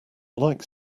like